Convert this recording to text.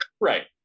right